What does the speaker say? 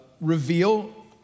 reveal